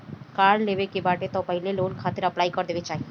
कार लेवे के बाटे तअ पहिले लोन खातिर अप्लाई कर देवे के चाही